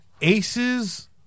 Aces